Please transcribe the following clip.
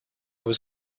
was